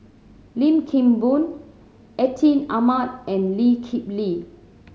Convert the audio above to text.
Lim Kim Boon Atin Amat and Lee Kip Lee